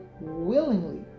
willingly